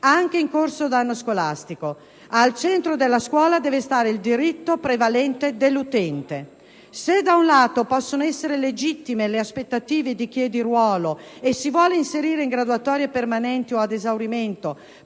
anche in corso d'anno scolastico. Al centro della scuola deve stare il diritto prevalente dell'utente. Se da un lato possono essere legittime le aspettative di chi è di ruolo e si vuole inserire in graduatorie permanenti o ad esaurimento